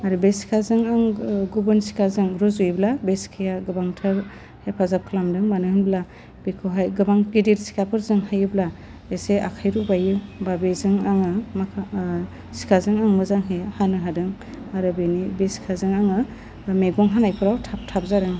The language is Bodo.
आरो बे सिखाजों आं गुबुन सिखाजों रुजुवोब्ला बे सिखाया गोबांथार हेफाजाब खालामदों मानो होनब्ला बेखौहाय गोबां गेदेर सिखाफोरजों हायोब्ला एसे आखाइ रुबाइयो बा बेजों आङो माखा सिखाजों आङो मोजांहै हानो हादों आरो बिनि बि सिखाजों आङो मैगं हानायफ्राव थाब थाब जादों